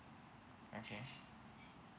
okay